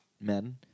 men